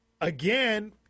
again